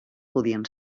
podrien